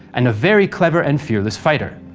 and a very clever and fearless fighter.